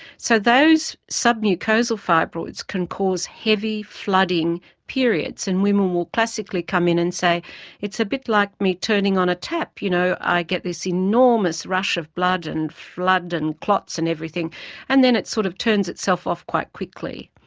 so those sub-mucosal fibroids can cause heavy flooding periods and women will classically come in a say it's a bit like me turning on a tap, you know i get this enormous rush of blood and flood and clots and everything and then it sort of turns itself off quite quickly.